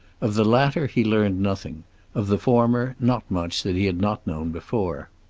of the latter he learned nothing of the former not much that he had not known before.